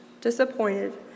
disappointed